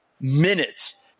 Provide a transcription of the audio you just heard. Minutes